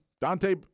Dante –